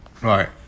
Right